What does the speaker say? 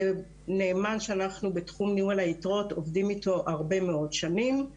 זה נאמן שאנחנו בתחום ניהול היתרות עובדים איתו הרבה מאוד שנים.